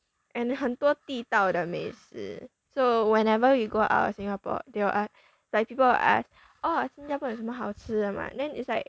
and 很多地道的美食 so whenever you go out of singapore they'll ask like people ask 新加坡有什么好吃的吗 then it's like